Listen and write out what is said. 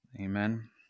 Amen